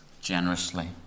generously